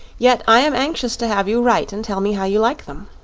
yet i am anxious to have you write and tell me how you like them.